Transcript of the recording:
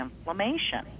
inflammation